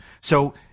So-